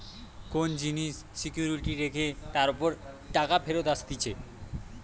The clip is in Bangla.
কোন জিনিস সিকিউরিটি রেখে তার উপর টাকা ফেরত আসতিছে